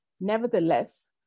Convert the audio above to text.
Nevertheless